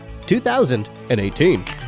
2018